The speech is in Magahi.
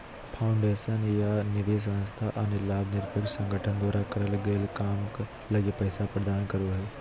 फाउंडेशन या निधिसंस्था अन्य लाभ निरपेक्ष संगठन द्वारा करल गेल काम लगी पैसा प्रदान करो हय